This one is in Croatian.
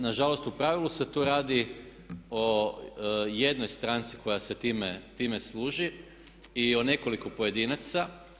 Nažalost, u pravilu se tu radi o jednoj stranci koja se time služi i o nekoliko pojedinaca.